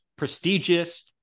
Prestigious